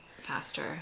faster